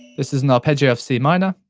this is an arpeggio c minor.